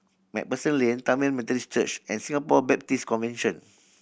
Macpherson Lane Tamil Methodist Church and Singapore Baptist Convention